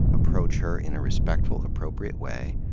approach her in a respectful, appropriate way.